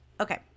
Okay